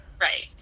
Right